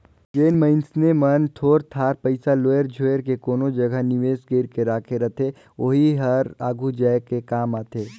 जेन मइनसे मन थोर थार पइसा लोएर जोएर के कोनो जगहा निवेस कइर के राखे रहथे ओही हर आघु जाए काम आथे